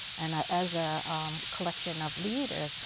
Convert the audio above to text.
and as a um collection of leaders,